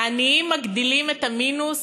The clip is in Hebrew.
העניים מגדילים את המינוס